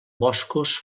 boscos